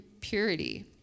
purity